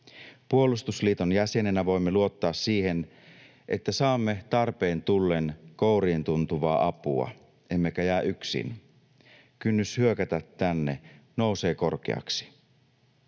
Puolustusliiton jäsenenä voimme luottaa siihen, että saamme tarpeen tullen kouriintuntuvaa apua emmekä jää yksin, kynnys hyökätä tänne nousee korkeaksi.